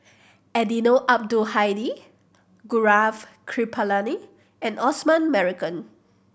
Eddino Abdul Hadi Gaurav Kripalani and Osman Merican